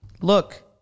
look